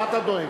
מה אתה דואג?